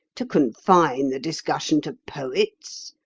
to confine the discussion to poets.